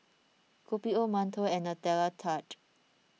Kopi OMantou and Nutella Tart